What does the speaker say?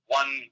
one